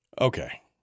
Okay